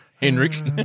Henrik